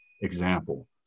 example